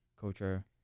culture